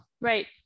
right